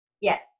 Yes